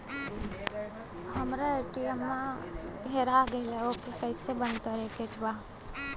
हमरा ए.टी.एम वा हेरा गइल ओ के के कैसे बंद करे के बा?